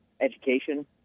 education